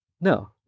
no